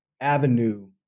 avenue